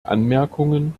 anmerkungen